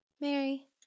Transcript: Mary